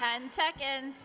ten seconds